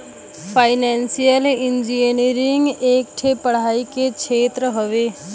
financial engineering एक ठे पढ़ाई के क्षेत्र हौ